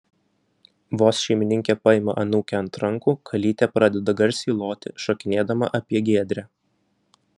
vos šeimininkė paima anūkę ant rankų kalytė pradeda garsiai loti šokinėdama apie giedrę